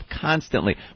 constantly